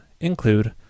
include